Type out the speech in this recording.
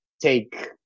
take